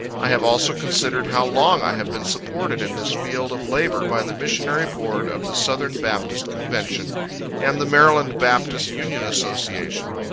i have also considered how long i have been supported in this field of labor by the missionary board of the southern baptist convention and the maryland baptist union association.